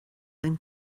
den